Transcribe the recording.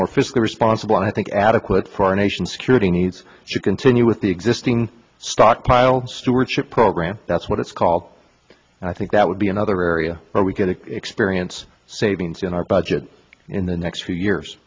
more fiscally responsible i think adequate for our nation's security needs to continue with the existing stockpile stewardship program that's what it's called and i think that would be another area are we going to experience savings in our budget in the next few years